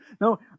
No